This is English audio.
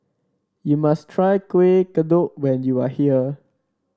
you must try Kueh Kodok when you are here